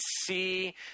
see